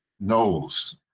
knows